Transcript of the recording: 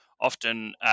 often